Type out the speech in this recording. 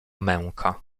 męka